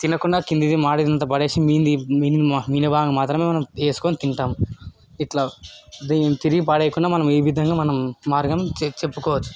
తినకుండా కిందది మాడింది అంత పడేసి మిగిలింది మిగిలిన భాగం మాత్రమే మనం వేస్కోని తింటాము ఇట్లా దీనిని తిరిగి పాడేయకుండా మనం ఈ విధంగా మనం మార్గం చెప్ చెప్పుకోవచ్చు